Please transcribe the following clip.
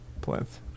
plinth